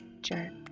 jerk